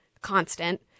constant